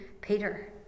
Peter